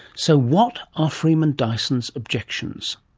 so what are freeman dyson's objections?